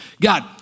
God